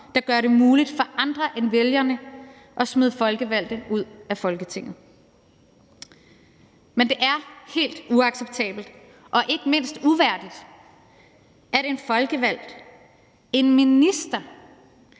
der gør det muligt for andre end vælgerne at smide folkevalgte ud af Folketinget. Men det er helt uacceptabelt og ikke mindst uværdigt, at en folkevalgt – en minister!